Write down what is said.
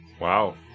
Wow